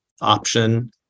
option